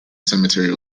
cemetery